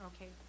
Okay